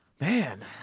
Man